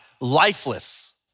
lifeless